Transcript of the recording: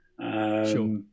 Sure